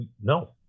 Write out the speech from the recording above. no